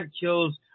kills